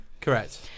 Correct